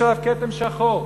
יש עליו כתם שחור,